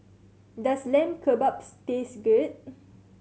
does Lamb Kebabs taste good